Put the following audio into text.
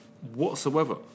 whatsoever